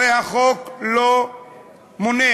הרי החוק לא מונע.